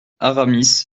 aramis